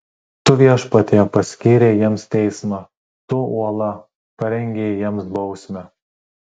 tu viešpatie paskyrei jiems teismą tu uola parengei jiems bausmę